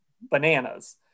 bananas